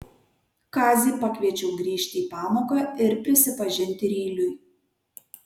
kazį pakviečiau grįžti į pamoką ir prisipažinti ryliui